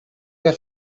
your